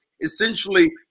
essentially